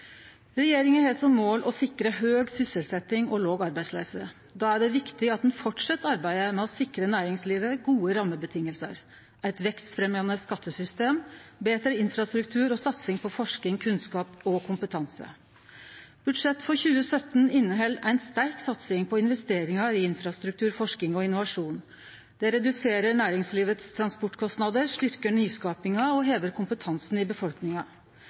Regjeringa har som mål å sikre høg sysselsetjing og låg arbeidsløyse. Då er det viktig at ein held fram arbeidet med å sikre næringslivet gode rammevilkår, eit vekstfremjande skattesystem, betre infrastruktur og satsing på forsking, kunnskap og kompetanse. Budsjettet for 2017 inneheld ei sterk satsing på investeringar i infrastruktur, forsking og innovasjon. Det reduserer transportkostnadene for næringslivet, styrkjer nyskapinga og hever kompetansen i befolkninga